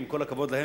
עם כל הכבוד להם,